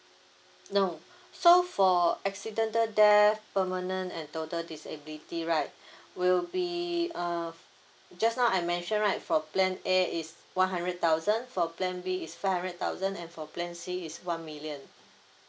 no so for accidental death permanent and total disability right will be uh just now I mentioned right for plan a is one hundred thousand for plan B is five hundred thousand and for plan C is one million